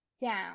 down